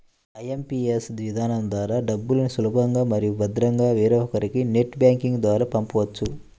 IMPS విధానం ద్వారా డబ్బుల్ని సులభంగా మరియు భద్రంగా వేరొకరికి నెట్ బ్యాంకింగ్ ద్వారా పంపొచ్చు